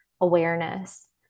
awareness